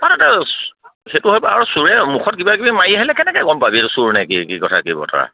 সেইটো হয়বাৰু আৰু চোৰে মুখত কিবা কিবি মাৰি আহিলে কেনেকে গম পাবি এই চোৰ নে কি কি কথা কি বতৰা